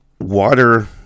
water